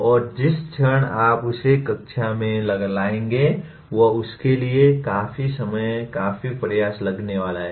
और जिस क्षण आप उसे कक्षा में लाएंगे वह उसके लिए काफी समय काफी प्रयास लगने वाला है